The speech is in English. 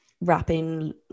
wrapping